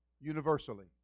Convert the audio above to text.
universally